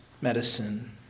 medicine